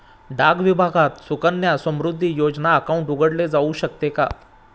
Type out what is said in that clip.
डाक विभागात सुकन्या समृद्धी योजना अकाउंट उघडले जाऊ शकते का?